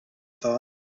thought